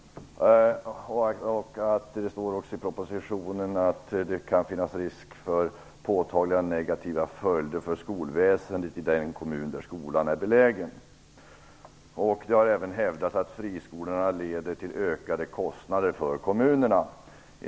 Det står i propositionen att det kan finnas risk för påtagliga negativa följder för skolväsendet i den kommun där skolan är belägen. Det har även hävdats att friskolorna leder till ökade kostnader för kommunerna.